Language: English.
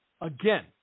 Again